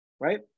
right